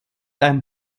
einem